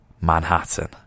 Manhattan